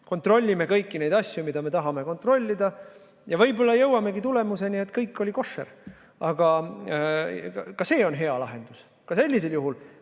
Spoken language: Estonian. Kontrollime kõiki neid asju, mida me tahame kontrollida, ja võib-olla jõuamegi tulemusele, et kõik oli koššer. Aga ka see on hea lahendus, ka sellisel juhul